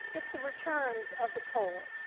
it's the returns of the poll.